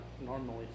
normally